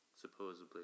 supposedly